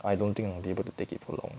I don't think I'll be able to take it for long